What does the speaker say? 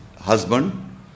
husband